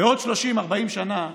בעוד 30, 40 שנה,